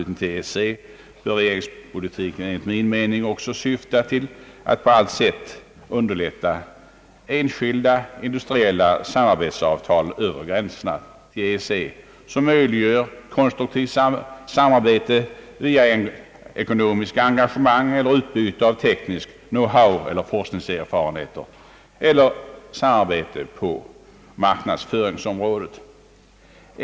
till EEC bör regeringspolitiken enligt min mening också syfta till att på allt sätt underlätta enskilda industriella samarbetsavtal över gränserna till EEC, möjliggörande konstruktivt samarbete via ekonomiska engagemang, utbyte av teknisk »know-how» och tekniskt forskningsarbete eller samarbete på marknadsföringsområdet.